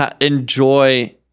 enjoy